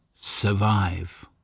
survive